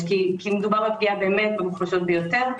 כי מדובר על פגיעה באמת באוכלוסייה המוחלשת ביותר.